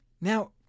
Now